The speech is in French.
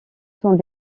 sans